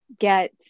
get